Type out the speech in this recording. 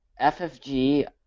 FFG